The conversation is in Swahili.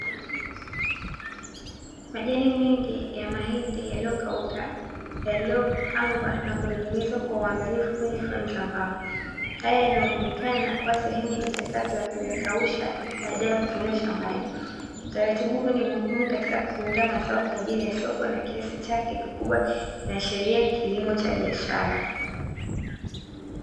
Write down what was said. Majani mengi ya mahindi yaliyokauka, yaliyopangwa na kuning'inizwa kwa uangalifu kwenye fremu za mbao. Haya yanaonekana kuwa ni sehemu ya mchakato wa kuyakausha baada ya kuvunwa shambani. Utaratibu huu ni muhimu katika kuandaa mazao kwa ajili ya soko na kiasi cake kikubwa inaashiria kilimo cha biasharna.